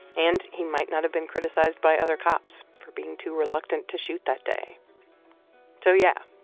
and he might not have been criticized by other cops for being too reluctant to shoot that day so yeah,